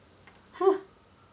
ha